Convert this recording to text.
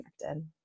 connected